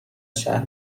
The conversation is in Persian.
شهر